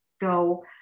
go